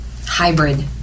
hybrid